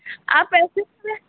आप ऐसे ऐसे